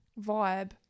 vibe